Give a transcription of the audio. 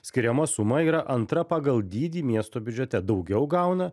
skiriama suma yra antra pagal dydį miesto biudžete daugiau gauna